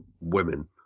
women